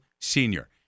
senior